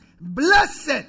Blessed